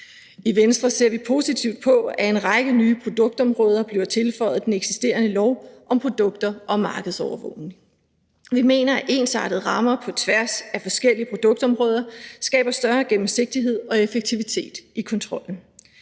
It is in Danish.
I Venstre ser vi positivt på, at en række nye produktområder bliver tilføjet den eksisterende lov om produkter og markedsovervågning. Vi mener, at ensartede rammer på tværs af forskellige produktområder skaber større gennemsigtighed og effektivitet i kontrollen.